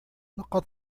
لقد